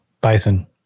bison